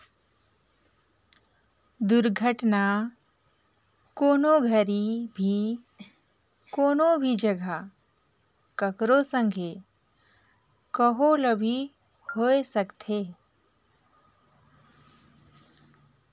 दुरघटना, कोनो घरी भी, कोनो भी जघा, ककरो संघे, कहो ल भी होए सकथे